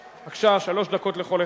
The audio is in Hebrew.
7302,